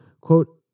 Quote